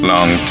Long